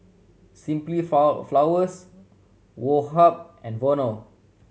Simply Four Flowers Woh Hup and Vono